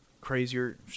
crazier